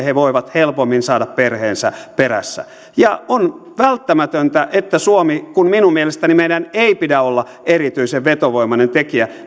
he voivat helpommin saada perheensä perässä ja on välttämätöntä että suomi kun minun mielestäni meidän ei pidä olla erityisen vetovoimainen tekijä